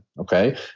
Okay